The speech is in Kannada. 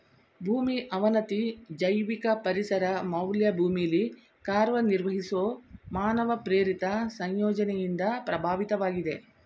ಭೂಮಿ ಅವನತಿ ಜೈವಿಕ ಪರಿಸರ ಮೌಲ್ಯ ಭೂಮಿಲಿ ಕಾರ್ಯನಿರ್ವಹಿಸೊ ಮಾನವ ಪ್ರೇರಿತ ಸಂಯೋಜನೆಯಿಂದ ಪ್ರಭಾವಿತವಾಗಿದೆ